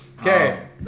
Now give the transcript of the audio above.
Okay